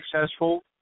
successful